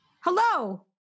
Hello